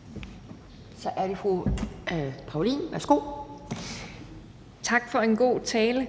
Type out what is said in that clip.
12:40 Anne Paulin (S): Tak for en god tale.